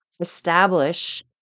establish